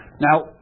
Now